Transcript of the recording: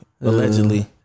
Allegedly